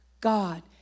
God